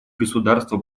государства